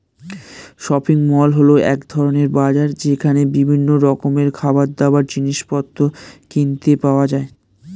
shopping mall হল এক ধরণের বাজার যেখানে বিভিন্ন রকমের খাবারদাবার, জিনিসপত্র কিনতে পাওয়া যায়